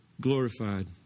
glorified